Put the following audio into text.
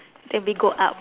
then we go up